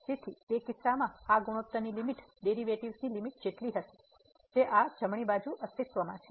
તેથી તે કિસ્સામાં આ ગુણોત્તરની લીમીટ ડેરિવેટિવ્ઝ ની લીમીટ જેટલી હશે તે આ જમણી બાજુ અસ્તિત્વમાં છે